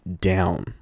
down